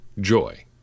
joy